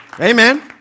Amen